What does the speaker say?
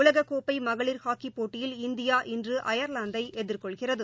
உலகக்கோப்பைமகளிர் ஹாக்கிப்போட்டியில் இந்தியா இன்றுஅயர்லாந்தைஎதிர்கொள்கிறது